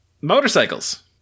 Motorcycles